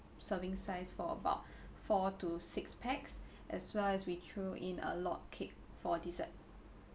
serving size for about four to six pax as well as we threw in a log cake for dessert